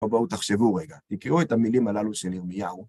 בואו תחשבו רגע, תקראו את המילים הללו של ירמיהו.